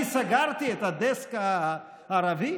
אני סגרתי את הדסק הערבי?